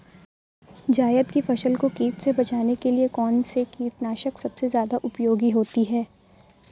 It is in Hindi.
जायद की फसल को कीट से बचाने के लिए कौन से कीटनाशक सबसे ज्यादा उपयोगी होती है?